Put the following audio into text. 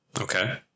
Okay